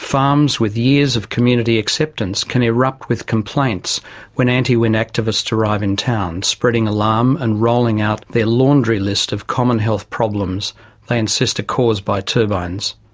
farms with years of community acceptance can erupt with complaints when anti-wind activists arrive in town, spreading alarm and rolling out their laundry list of common health problems they insist are caused by turbines.